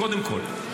קודם כול.